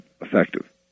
effective